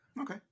okay